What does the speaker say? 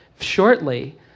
shortly